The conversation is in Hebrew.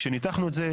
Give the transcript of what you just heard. כשניתחנו את זה,